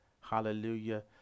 Hallelujah